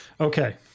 Okay